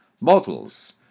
models